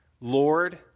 lord